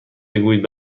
بگویید